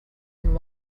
and